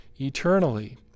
eternally